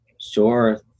Sure